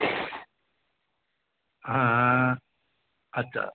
হ্যাঁ হ্যাঁ আচ্ছা